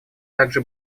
также